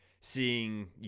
seeing